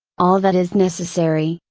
all that is necessary,